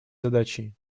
задачей